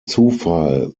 zufall